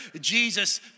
Jesus